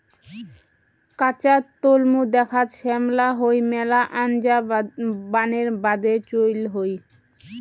কাঁচা তলমু দ্যাখ্যাত শ্যামলা হই মেলা আনজা বানের বাদে চইল হই